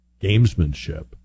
gamesmanship